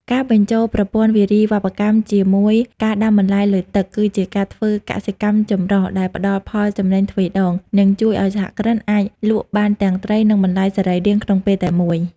ការបញ្ចូលប្រព័ន្ធវារីវប្បកម្មជាមួយការដាំបន្លែលើទឹក គឺជាការធ្វើកសិកម្មចម្រុះដែលផ្ដល់ផលចំណេញទ្វេដង និងជួយឱ្យសហគ្រិនអាចលក់បានទាំងត្រី និងបន្លែសរីរាង្គក្នុងពេលតែមួយ។